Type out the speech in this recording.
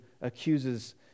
accuses